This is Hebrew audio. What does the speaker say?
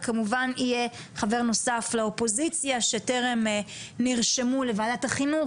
וכמובן יהיה חבר נוסף לאופוזיציה שטרם נרשמו לוועדת החינוך,